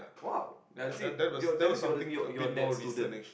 !wow! now you see you're that means you're you're that student